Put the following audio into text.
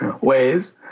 ways